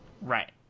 Right